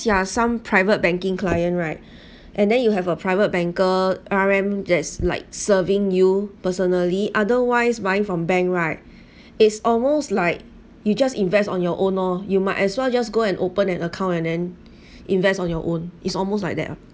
there are some private banking client right and then you have a private banker R_M that is like serving you personally otherwise buying from bank right it's almost like you just invest on your own lor you might as well just go and open an account and then invest on your own is almost like that lah